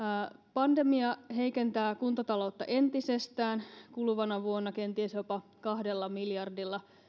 pandemia heikentää kuntataloutta entisestään kuluvana vuonna kenties jopa kahdella miljardilla